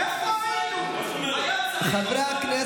כן, כן,